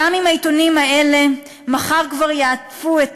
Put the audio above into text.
גם עם העיתונים האלה מחר כבר יעטפו את